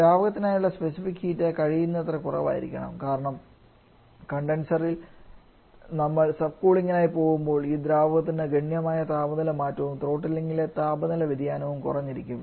ദ്രാവകത്തിനായുള്ള specific heat കഴിയുന്നത്ര കുറവായിരിക്കണം കാരണം കണ്ടൻസറിൽ നമ്മൾ സബ്കൂളിംഗിനായി പോകുമ്പോൾ ഈ ദ്രാവകത്തിന് ഗണ്യമായ താപനില മാറ്റവും ത്രോട്ടിലിംഗിലെ താപനില വ്യതിയാനവും കുറഞ്ഞിരിക്കും